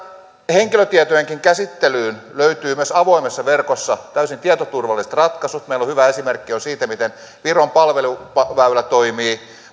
henkilötietojenkin käsittelyyn löytyy myös avoimessa verkossa täysin tietoturvalliset ratkaisut meillä on hyvä esimerkki siitä miten viron palveluväylä toimii